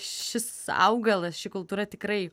šis augalas ši kultūra tikrai